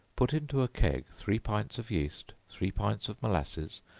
put into a keg three pints of yeast, three pints of molasses,